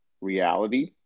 reality